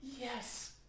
yes